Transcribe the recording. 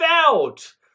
felt